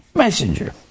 messenger